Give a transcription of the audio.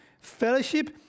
Fellowship